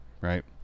right